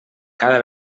cada